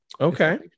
Okay